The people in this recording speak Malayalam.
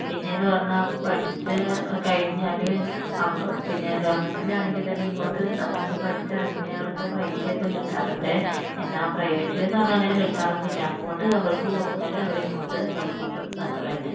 പിന്നെ എന്ന് പറഞ്ഞാൽ പഠിച്ച് കഴിഞ്ഞാല് അവ പിന്നെ ഗവണ്മെന്റില് ആണെങ്കില് തന്നെ ഇങ്ങോട്ട് നമുക്ക് പഠിച്ച് ഇറങ്ങിയോര്ക്ക് പൈസയോക്കെ കിട്ടാറുണ്ട് എന്നാല് പ്രൈവറ്റില് എന്ന് പറഞ്ഞാല് അങ്ങനെ കിട്ടാറൊന്നുമില്ല അങ്ങോട്ട് അവര്ക്ക് കൊടുത്താലേ അവര് ഇങ്ങോട്ട് പഠിപ്പിക്കും അത്ര തന്നെ